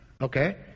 Okay